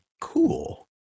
cool